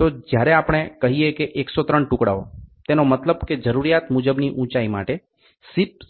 તો જ્યારે આપણે કહીએ કે 103 ટુકડાઓ તેનો મતલબ કે જરૂરિયાત મુજબની ઊંચાઈ માટે